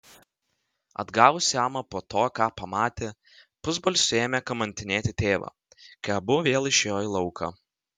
atgavusi amą po to ką pamatė pusbalsiu ėmė kamantinėti tėvą kai abu vėl išėjo į lauką